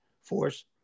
force